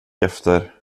efter